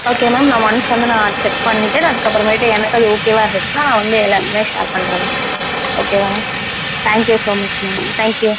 okay ma'am நான் once வந்து நான் செக் பண்ணிட்டு நான் அதுக்கப்புறமேட்டு எனக்கு அது ஓகேவாக இருந்துச்சுன்னா நான் வந்து எல்லோருக்குமே ஷேர் பண்ணுறேன் ஓகேவா ma'am thank you so much ma'am thank you